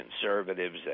conservatives